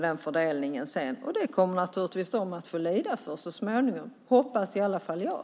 Det kommer naturligtvis de att få lida för så småningom, hoppas i alla fall jag.